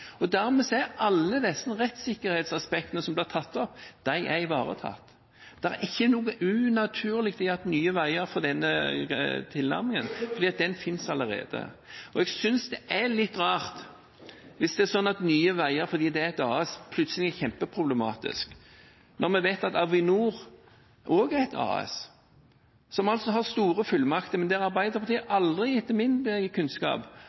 Dermed er alle disse rettssikkerhetsaspektene som ble tatt opp, ivaretatt. Det er ikke noe unaturlig i at Nye Veier får denne tilnærmingen. Den finnes allerede. Jeg synes det er litt rart hvis det er sånn at Nye Veier fordi det er et AS, plutselig er kjempeproblematisk, når vi vet at Avinor også er et AS, som altså har store fullmakter, men der Arbeiderpartiet